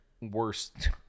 worst